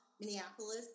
Minneapolis